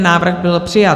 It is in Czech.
Návrh byl přijat.